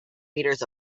meters